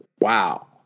wow